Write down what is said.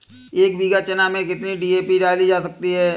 एक बीघा चना में कितनी डी.ए.पी डाली जा सकती है?